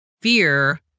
fear